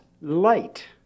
light